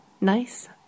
Nice